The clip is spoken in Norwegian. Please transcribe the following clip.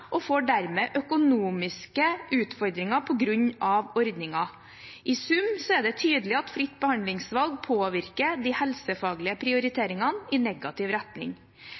og får dermed økonomiske utfordringer på grunn av ordningen. I sum er det tydelig at fritt behandlingsvalg påvirker de helsefaglige prioriteringene i negativ retning.